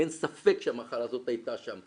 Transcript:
אין ספק שהמחלה הזאת הייתה שם.